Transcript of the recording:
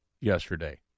yesterday